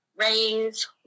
raise